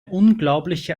unglaubliche